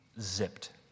zipped